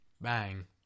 bang